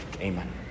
Amen